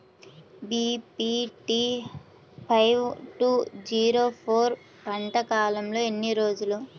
BPT five two zero four పంట కాలంలో ఎన్ని రోజులు?